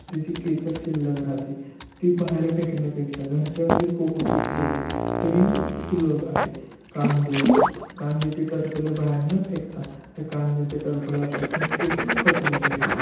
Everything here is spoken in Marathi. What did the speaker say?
त्याची केसर शिल्लक राहते ती बाहेर फेकण्यापेक्षा घरच्या घरी कोकोपीट केले तरी सुलभ आहे कांदे असतील कांद्याची टरफलं बाहेर न फेकता त्या कांद्याच्या टरफलापासून देखील खत होऊ शकते